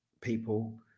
people